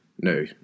no